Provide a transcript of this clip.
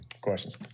Questions